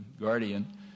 guardian